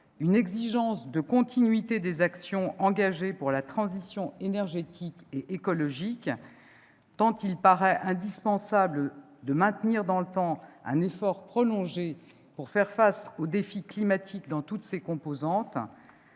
une exigence de continuité des actions engagées pour la transition énergétique et écologique, tant il paraît indispensable de maintenir dans le temps un effort prolongé pour faire face au défi climatique dans toutes ses composantes